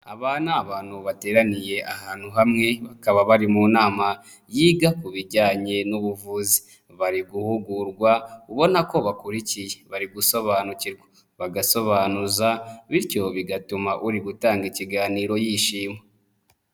Aba ni abantu bateraniye ahantu hamwe, bakaba bari mu nama yiga ku bijyanye n'ubuvuzi, bari guhugurwa ubona ko bakurikiye, bari gusobanukirwa, bagasobanuza, bityo bigatuma uri gutanga ikiganiro yishima.